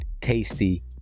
tasty